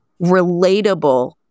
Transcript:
relatable